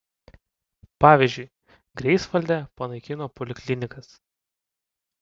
pavyzdžiui greifsvalde panaikino poliklinikas